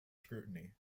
scrutiny